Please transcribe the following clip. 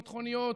ביטחוניות,